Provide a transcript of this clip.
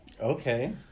Okay